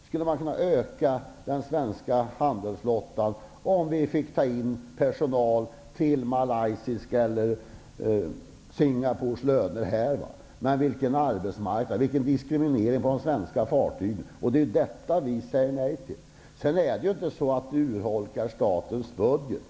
Självfallet skulle den svenska handelsflottan kunna bli större, om rederierna fick ta in personal till Malaysia eller Singaporelöner, men vilken diskriminering det skulle vara på svenska fartyg! Det är detta vi säger nej till. Sedan är det inte så att de åtgärder vi föreslår urholkar statens budget.